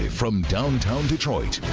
from downtown detroit.